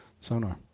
sonar